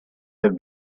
have